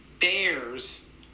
bears